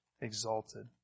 exalted